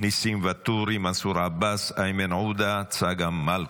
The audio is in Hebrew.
ניסים ואטורי, מנסור עבאס, איימן עודה, צגה מלקו.